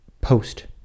post